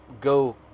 go